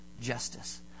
justice